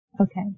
okay